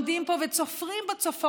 הם עומדים פה וצופרים בצופרות,